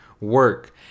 work